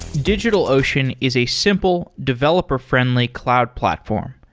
digitalocean is a simple, developer friendly cloud platform.